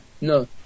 No